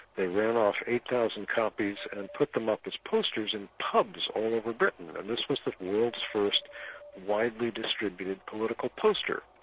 they ran off eight thousand copies and put them up as posters in pubs all over britain, and this was the world's first widely distributed political poster.